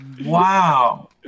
Wow